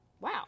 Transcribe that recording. Wow